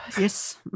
Yes